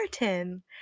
Martin